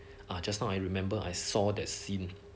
just now I remember I saw that scene